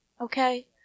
Okay